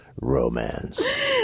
romance